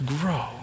grow